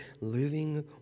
living